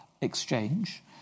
exchange